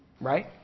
Right